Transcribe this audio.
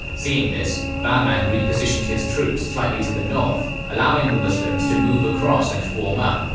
seeing this, bahman repositioned his troops slightly to the north, allowing the muslims to move across and form up.